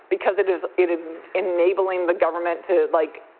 because it is it is enabling the government to, like,